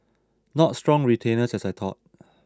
not strong retainers as I thought